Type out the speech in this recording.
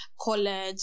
college